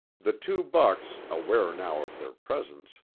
the two bucks, aware now of their presence,